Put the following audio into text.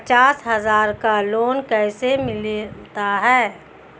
पचास हज़ार का लोन कैसे मिलता है?